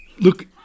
look